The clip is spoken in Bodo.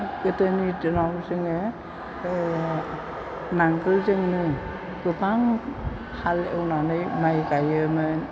गोदोनि दिनाव जोङो ओ नांगोलजोंनो गोबां हाल एवनानै माइ गायोमोन